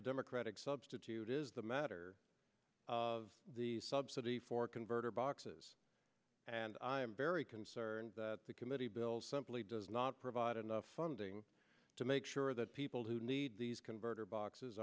the democratic substitute is the matter of the subsidy for converter boxes and i am very concerned that the committee bills simply does not provide enough funding to make sure that people who need these converter boxes